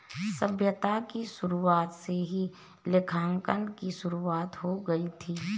सभ्यता की शुरुआत से ही लेखांकन की शुरुआत हो गई थी